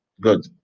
Good